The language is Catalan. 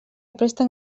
presten